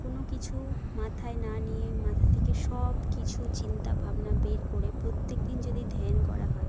কোনো কিছু মাথায় না নিয়ে মাথা থেকে সব কিছু চিন্তা ভাবনা বের করে প্রত্যেক দিন যদি ধ্যান করা হয়